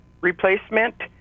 replacement